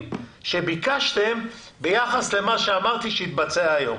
שביקשתם ביחס למה שאמרתי שהתבצע היום,